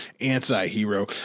anti-hero